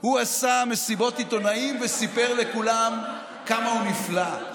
הוא עשה מסיבות עיתונאים וסיפר לכולם כמה הוא נפלא.